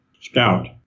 scout